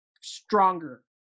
stronger